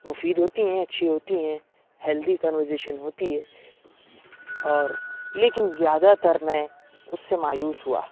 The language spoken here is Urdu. مفید ہوتی ہیں اچھی ہوتی ہیں ہیلدی کنورزیشن ہوتی ہے اور لیکن زیادہ تر میں اس سے مایوس ہوا